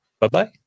Bye-bye